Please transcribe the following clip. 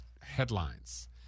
headlines